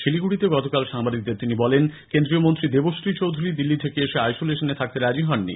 শিলিগুড়িতে গতকাল সাংবাদিকদের তিনি বলেন কেন্দ্রীয় মন্ত্রী দেবশ্রী চৌধুরী দিল্লি থেকে এসে আইসোলেশনে থাকতে রাজি হননি